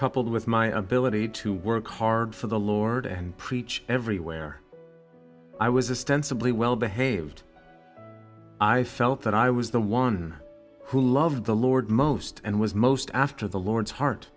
coupled with my ability to work hard for the lord and preach everywhere i was a stand simply well behaved i felt that i was the one who loved the lord most and was most after the lord's heart